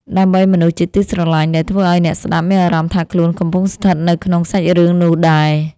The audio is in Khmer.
ដើម្បីមនុស្សជាទីស្រឡាញ់ ដែលធ្វើឱ្យអ្នកស្ដាប់មានអារម្មណ៍ថាខ្លួនកំពុងស្ថិតនៅក្នុងសាច់រឿងនោះដែរ។